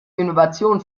innovationen